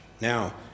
Now